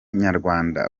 nyarwanda